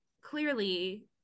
clearly